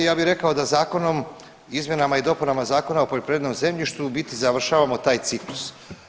Ja bi rekao da zakonom, izmjenama i dopunama Zakona o poljoprivrednom zemljištu u biti završavamo taj ciklus.